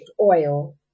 oil